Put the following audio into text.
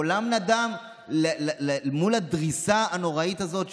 קולם נדם מול הדריסה הנוראית הזאת,